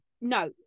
No